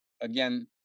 again